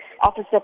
Officer